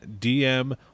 DM